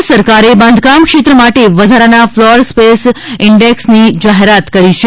રાજ્ય સરકારે બાંધકામ ક્ષેત્ર માટે વધારાના ફલોર સ્પેસ ઇન્ડેક્સ એફએસઆઈની જાહેરાત કરી છે